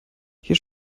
hier